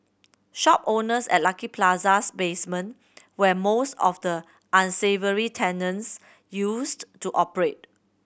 shop owners at Lucky Plaza's basement where most of the unsavoury tenants used to operate